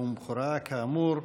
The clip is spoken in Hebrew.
כאמור,